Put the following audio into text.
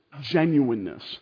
genuineness